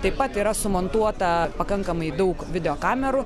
taip pat yra sumontuota pakankamai daug video kamerų